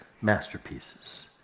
masterpieces